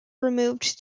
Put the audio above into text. removed